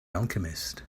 alchemist